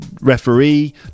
referee